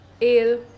ale